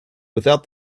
without